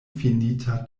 finita